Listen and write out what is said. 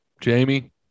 Jamie